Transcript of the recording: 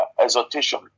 exhortation